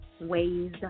Ways